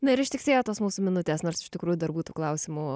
na ir ištiksėjo tos mūsų minutės nors iš tikrųjų dar būtų klausimų